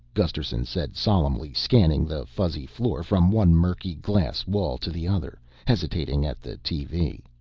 gusterson said solemnly, scanning the fuzzy floor from one murky glass wall to the other, hesitating at the tv.